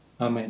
Amen